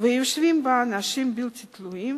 ויושבים בה אנשים בלתי תלויים